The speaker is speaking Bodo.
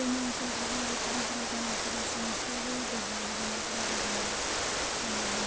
जोंनि ओनसोलफोराव सुबुंफोरा जानाय सरासनस्रायारि देहायारि जेंनाफोरा जाबाय